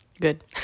Good